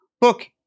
Look